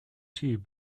tnt